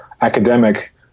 academic